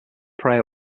pray